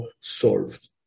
solved